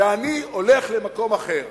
ואני הולך למקום אחר.